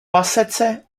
pasece